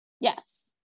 Yes